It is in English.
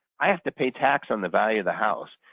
i have to pay tax on the value of the house.